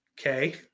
Okay